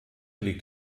liegt